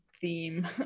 theme